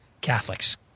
Catholics